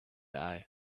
eye